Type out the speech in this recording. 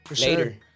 later